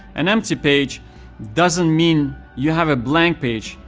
an empty page doesn't mean you have a blank page,